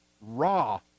raw